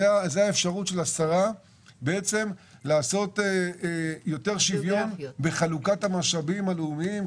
זו האפשרות של השרה לעשות יותר שוויון בחלוקת המשאבים הלאומיים,